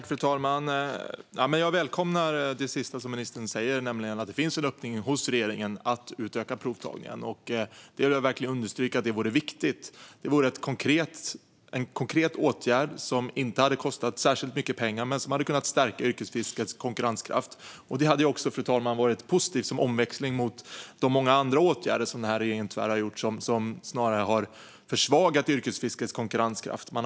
Fru talman! Jag välkomnar det sista som ministern säger, nämligen att det finns en öppning hos regeringen att utöka provtagningen. Jag vill verkligen understryka att det vore viktigt. Det vore en konkret åtgärd som inte skulle kosta särskilt mycket pengar men som hade kunnat stärka yrkesfiskets konkurrenskraft. Det hade också varit positivt som omväxling till de många andra åtgärder som den här regeringen tyvärr har vidtagit och som snarare har försvagat yrkesfiskets konkurrenskraft, fru talman.